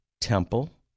temple